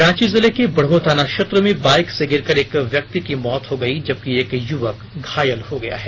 रांची जिले के बुढ़मू थाना क्षेत्र में बाइक से गिरकर एक व्यक्ति की मौत हो गई जबकि एक युवक घायल हो गया है